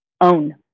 own